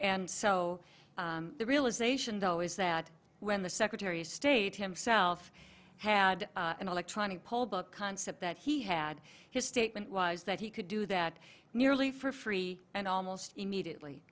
and so the realization though is that when the secretary of state himself had an electronic poll book concept that he had his statement was that he could do that nearly for free and almost immediately